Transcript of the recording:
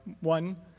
one